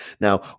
now